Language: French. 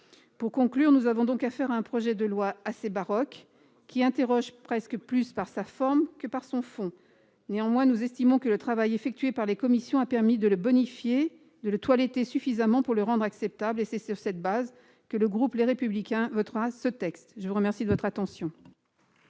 Pour conclure, nous avons donc affaire à un projet de loi assez baroque, qui interroge presque plus par sa forme que par son fond. Néanmoins, nous estimons que le travail effectué par les commissions a permis de le bonifier et de le toiletter suffisamment pour le rendre acceptable. C'est sur cette base que groupe Les Républicains votera ce texte. La parole est à Mme Monique